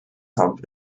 hump